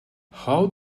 how